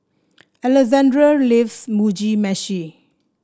Alexandre loves Mugi Meshi